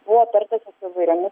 buvo tartasi su įvairiomis